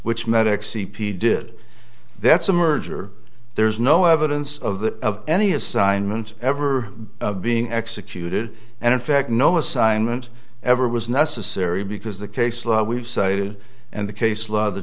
which medics e p did that's a merger there's no evidence of that any assignment ever being executed and in fact no assignment ever was necessary because the case law we've cited and the case law the